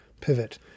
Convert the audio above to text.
pivot